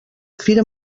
fira